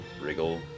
wriggle